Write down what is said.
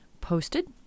posted